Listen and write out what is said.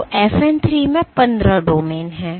तो FN 3 में 15 domain हैं